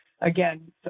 again